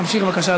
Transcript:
תמשיך בבקשה,